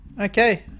Okay